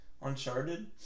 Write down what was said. uncharted